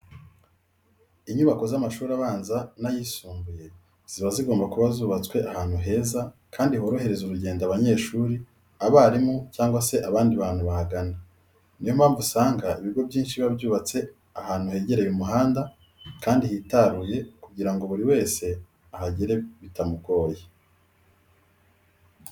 Inyubako z'amashuri abanza n'ayisumbuye ziba zigomba kuba zubatswe ahantu heza kandi horohereza urugendo abanyeshuri, abarimu cyangwa se abandi bantu bahagana. Niyo mpamvu usanga ibigo byinshi biba byubatse ahantu hegereye umuhanda kandi hitaruye kugira ngo buri wese ahagere bitamugoye.